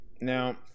Now